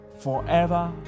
forever